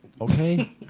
Okay